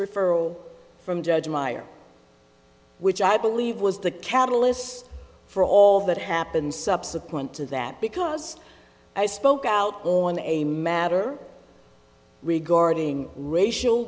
referral from judge meyer which i believe was the catalyst for all that happened subsequent to that because i spoke out on a matter regarding racial